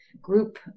group